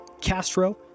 Castro